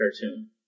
cartoon